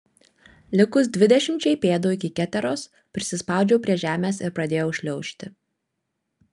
likus dvidešimčiai pėdų iki keteros prisispaudžiau prie žemės ir pradėjau šliaužti